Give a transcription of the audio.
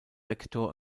rektor